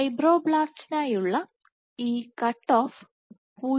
ഫൈബ്രോബ്ലാസ്റ്റിനായുള്ള ഈ cut off 0